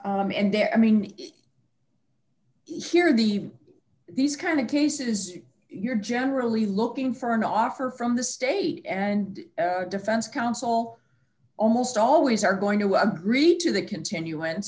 then and there i mean here the these kind of cases you're generally looking for an offer from the state and defense counsel almost always are going to agree to that continu